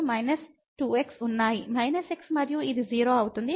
x మరియు ఇది 0 అవుతుంది